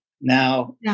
Now